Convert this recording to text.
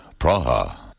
Praha